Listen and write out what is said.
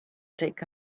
take